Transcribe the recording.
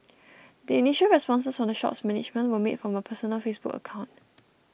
the initial responses from the shop's management were made from a personal Facebook account